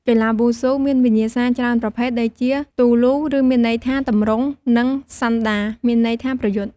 កីឡាវ៉ូស៊ូមានវិញ្ញាសាច្រើនប្រភេទដូចជា ទូលូ ឬមានន័យថា ទម្រង់ និងសាន់ដា មានន័យថាប្រយុទ្ធ។